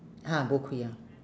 ha bo kui ah